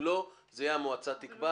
אם לא זה יהיה "המועצה תקבע".